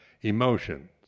emotions